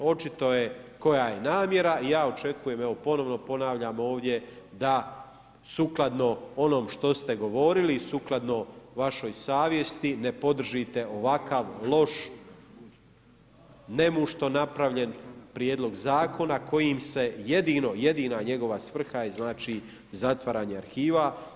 Očito je koja je namjera i ja očekujem, evo ponovno ponavljam ovdje da sukladno onom što ste govorili i sukladno vašoj savjesti ne podržite ovakav loš nemušto napravljen prijedlog Zakona kojim se jedino, jedina njegova svrha je znači zatvaranje arhiva.